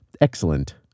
excellent